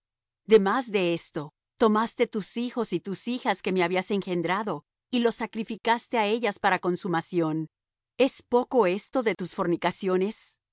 demás de esto tomaste tus hijos y tus hijas que me habías engendrado y los sacrificaste á ellas para consumación es poco esto de tus fornicaciones